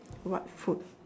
what food